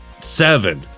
seven